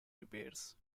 repairs